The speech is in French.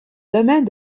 domaine